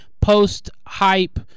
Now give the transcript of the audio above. post-hype